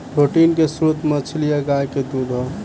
protein के स्त्रोत मछली आ गाय के दूध ह